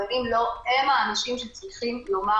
אבל אם לא הם האנשים שצריכים לומר